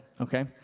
Okay